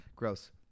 Gross